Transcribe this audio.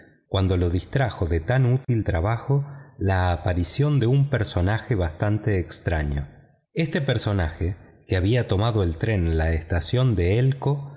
cuando le distrajo de tan útil trabajo la aparición de un personaje bastante extraño este personaje que había tomado el tren en la estación de elko